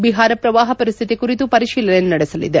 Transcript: ಬಿಹಾರ ಪ್ರವಾಹ ಪರಿಸ್ಥಿತಿ ಕುರಿತು ಪರಿಶೀಲನೆ ನಡೆಸಲಿದೆ